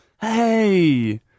Hey